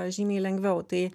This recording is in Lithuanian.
žymiai lengviau tai